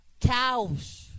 cows